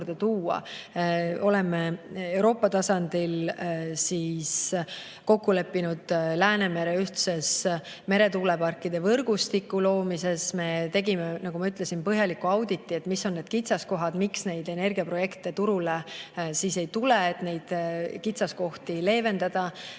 Oleme Euroopa tasandil kokku leppinud Läänemere ühtse meretuuleparkide võrgustiku loomises. Me tegime, nagu ma ütlesin, põhjaliku auditi, mis on need kitsaskohad, miks neid energiaprojekte turule siis ei tule. Neid kitsaskohti tuleb leevendada.